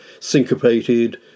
syncopated